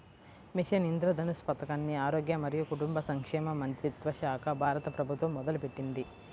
machine Indradhanush పథకాన్ని ఆరోగ్య మరియు కుటుంబ సంక్షేమ మంత్రిత్వశాఖ, భారత ప్రభుత్వం మొదలుపెట్టింది